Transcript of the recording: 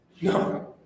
No